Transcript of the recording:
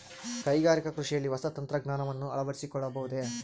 ಕೈಗಾರಿಕಾ ಕೃಷಿಯಲ್ಲಿ ಹೊಸ ತಂತ್ರಜ್ಞಾನವನ್ನ ಅಳವಡಿಸಿಕೊಳ್ಳಬಹುದೇ?